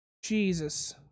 Jesus